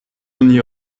oni